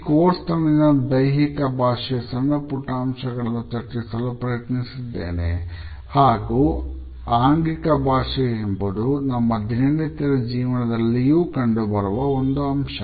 ಈ ಕೋರ್ಸ್ ನಲ್ಲಿ ದೈಹಿಕ ಭಾಷೆಯ ಸಣ್ಣಪುಟ್ಟ ಅಂಶಗಳನ್ನು ಚರ್ಚಿಸಲು ಪ್ರಯತ್ನಿಸಿದ್ದೇನೆ ಹಾಗೂ ಆಂಗಿಕ ಭಾಷೆ ಎಂಬುದು ನಮ್ಮ ದಿನನಿತ್ಯದ ಜೀವನದಲ್ಲಿ ಎಲ್ಲೆಡೆಯೂ ಕಂಡುಬರುವ ಒಂದು ಅಂಶ